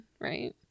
right